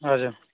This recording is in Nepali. हजुर